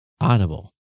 Audible